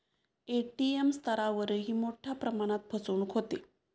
ATM स्तरावरही मोठ्या प्रमाणात फसवणूक होते